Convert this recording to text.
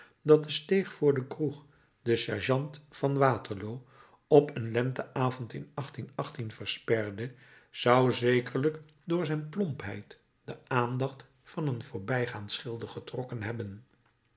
dat de steeg voor de kroeg de sergeant van waterloo op een lenteavond in versperde zou zekerlijk door zijn plompheid de aandacht van een voorbijgaand schilder getrokken hebben